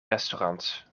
restaurants